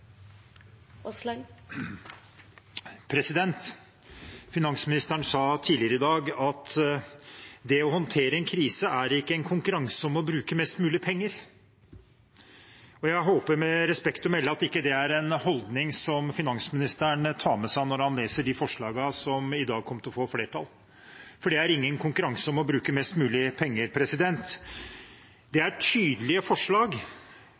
Finansministeren sa tidligere i dag at det å håndtere en krise ikke er en konkurranse om å bruke mest mulig penger. Jeg håper, med respekt å melde, at ikke det er en holdning som finansministeren tar med seg når han leser de forslagene som i dag kommer til å få flertall, for det er ingen konkurranse om å bruke mest mulig penger. Det er tydelige forslag